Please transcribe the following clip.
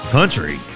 Country